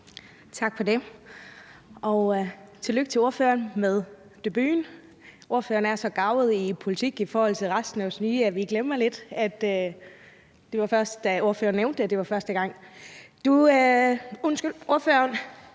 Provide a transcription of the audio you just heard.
Tak for det, og tillykke til ordføreren med debuten. Ordføreren er så garvet i politik i forhold til resten af os, at vi glemmer det lidt – det huskede jeg først, da ordføreren